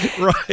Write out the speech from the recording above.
Right